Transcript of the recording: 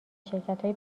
شرکتهای